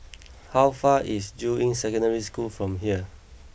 how far is Juying Secondary School from here